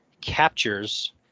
captures